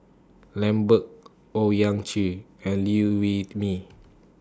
Lambert Owyang Chi and Liew Wee Mee